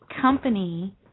company